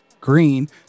green